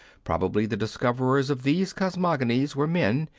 probably the discoverers' of these cosmogonies were men,